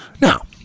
now